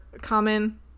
common